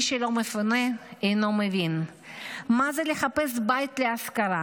מי שלא מפונה אינו מבין מה זה לחפש בית להשכרה,